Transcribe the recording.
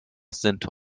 sind